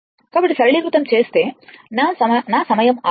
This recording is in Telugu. కాబట్టి సరళీకృతం చేస్తే నా సమయం ఆదా అవుతుందని తెలుసు